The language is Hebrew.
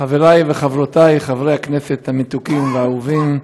חברי וחברותי חברי הכנסת המתוקים והאהובים,